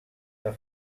the